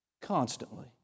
Constantly